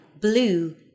Blue